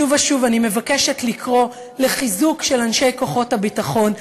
שוב ושוב אני מבקשת לקרוא לחיזוק אנשי כוחות הביטחון,